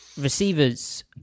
receivers